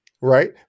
right